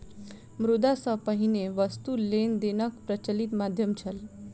मुद्रा सॅ पहिने वस्तु लेन देनक प्रचलित माध्यम छल